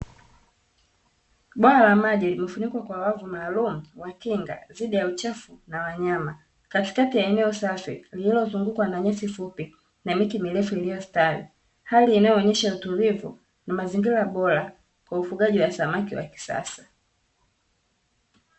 Bwawa la maji limefunikwa kwa wavu maalumu, wa kinga dhidi ya uchafu na wanyama. Katikati ya eneo safi lililozungukwa na nyasi fupi na miti mirefu iliyostawi, hali inayoonyesha utulivu na mazingira bora kwa ufugaji wa samaki wa kisasa.